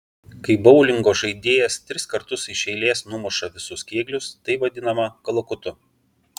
kai boulingo žaidėjas tris kartus iš eilės numuša visus kėglius tai vadinama kalakutu